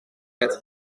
het